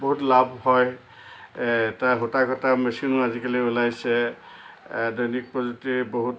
বহুত লাভ হয় এটা সূতা কটা মেচিনো আজিকালি ওলাইছে দৈনিক প্ৰযুক্তিয়ে বহুত